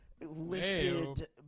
lifted